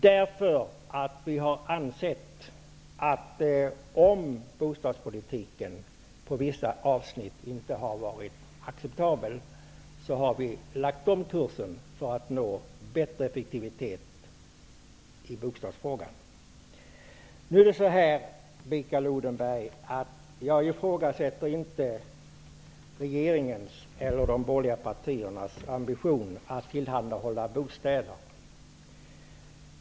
När bostadspolitiken på vissa områden inte har varit acceptabel, har vi lagt om kursen för att uppnå bättre effektivitet. Jag ifrågasätter inte de borgerliga partiernas ambition att tillhandahålla bostäder, Mikael Odenberg.